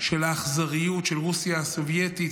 של האכזריות של רוסיה הסובייטית,